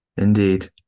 Indeed